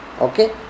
Okay